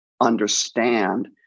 understand